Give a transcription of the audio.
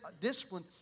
discipline